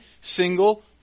single